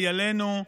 לחיילינו,